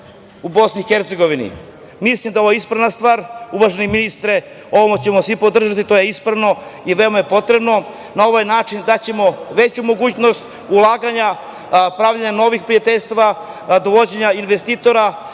Hercegovini. Mislim da je ovo ispravna stvar, uvaženi ministre. Ovo ćemo svi podržati. To je ispravno i veoma je potrebno. Na ovaj način daćemo veću mogućnost ulaganja, pravljenja novih prijateljstava, dovođenja investitora